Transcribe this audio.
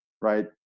right